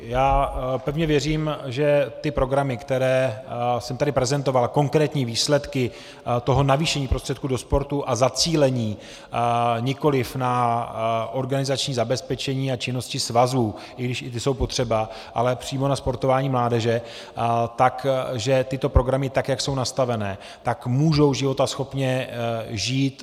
Já pevně věřím, že ty programy, které jsem tady prezentoval, a konkrétní výsledky toho navýšení prostředků do sportu a zacílení nikoliv na organizační zabezpečení a činnosti svazů i když i ty jsou potřeba ale přímo na sportování mládeže, že tyto programy, tak jak jsou nastavené, tak můžou životaschopně žít.